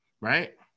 right